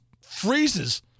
freezes